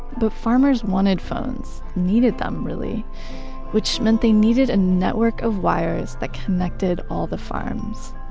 but farmers wanted phones needed them really which meant they needed a network of wires that connected all the farms.